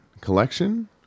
collection